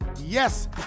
Yes